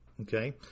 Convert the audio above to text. okay